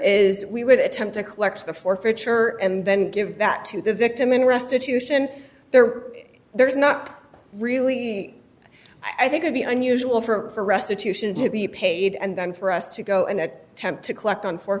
is we would attempt to collect the forfeiture and then give that to the victim in restitution there there's not really i think would be unusual for restitution to be paid and then for us to go and attempt to collect on for